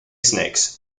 snakes